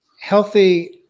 healthy